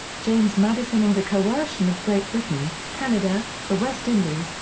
james madison and the coercion of great britain canada, the west indies,